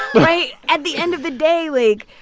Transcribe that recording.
right? at the end of the day, like,